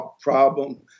problem